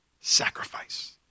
sacrifice